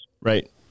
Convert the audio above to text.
Right